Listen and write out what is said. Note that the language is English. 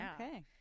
Okay